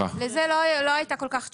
לזה לא הייתה כל כך תשובה.